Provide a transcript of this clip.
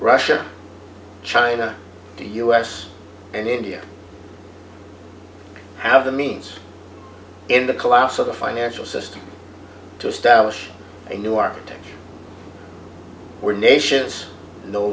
russia china to us and india have the means in the collapse of the financial system to establish a new architecture or nation is no